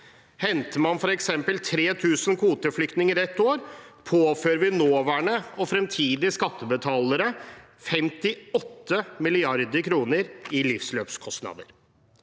Henter man f.eks. 3 000 kvoteflyktninger ett år, påfører vi nåværende og fremtidige skattebetalere 58 mrd. kr i livsløpskostnader.